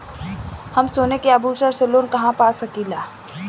हम सोने के आभूषण से लोन कहा पा सकीला?